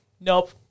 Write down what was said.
Nope